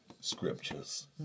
scriptures